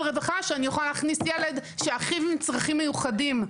רווחה כדי שאוכל להכניס ילד שאחיו עם צרכים מיוחדים.